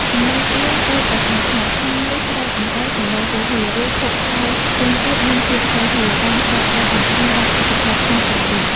សំឡេងព្រាហ្មណ៍ពោលប្រកាសថា "ឆ្នាំនេះស្រូវអង្ករសម្បូរហូរហៀរ ឬភោគផលផ្សេងទៀតមានភាពហូរហៀរ" បានផ្ដល់ក្ដីសង្ឃឹមដល់កសិករខ្មែរគ្រប់រូប។